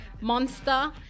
Monster